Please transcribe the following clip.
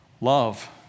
love